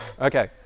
Okay